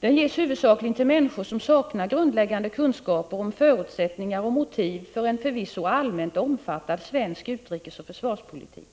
Den ges huvudsakligen till människor som saknar grundläggande kunskaper om förutsättningar och motiv för en förvisso allmänt omfattad svensk utrikesoch försvarspolitik.